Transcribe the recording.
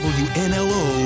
wnlo